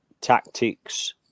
tactics